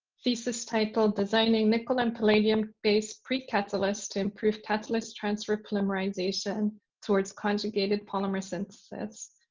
thesis titled designing nickel and palladium-based pre-catalyst to improve catalyst transfer polymerization towards conjugated polymer synthesis.